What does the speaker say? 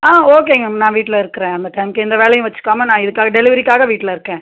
ஆ ஓகேங்க மேம் நான் வீட்டில் இருக்கிறேன் அந்த டைமுக்கு எந்த வேலையும் வச்சுக்காம நான் இதுக்காக டெலிவரிக்காக வீட்டில் இருக்கேன்